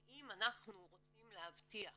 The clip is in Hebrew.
ואם אנחנו רוצים להבטיח